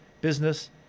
business